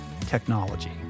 technology